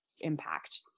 impact